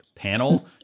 panel